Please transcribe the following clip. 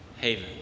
haven